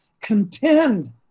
Contend